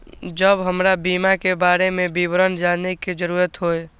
जब हमरा बीमा के बारे में विवरण जाने के जरूरत हुए?